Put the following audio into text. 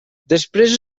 després